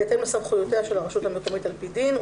בהתאם לסמכויותיה של הרשות המקומית על פי דין,